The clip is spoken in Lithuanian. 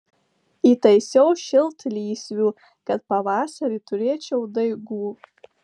įtaisiau šiltlysvių kad pavasarį turėčiau daigų